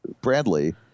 Bradley